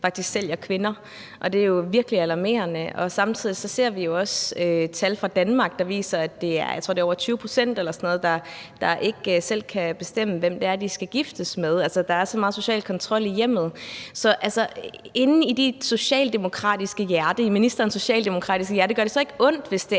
faktisk sælger kvinder, og det er jo virkelig alarmerende. Og samtidig ser vi jo også tal fra Danmark, der viser, at det er, jeg tror over 20 pct. eller sådan noget, der ikke selv kan bestemme, hvem det er, de skal giftes med – altså, der er så meget social kontrol i hjemmet. Så gør det ikke ondt inde i ministerens socialdemokratiske hjerte, hvis det er sådan, at der